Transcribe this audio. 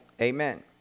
Amen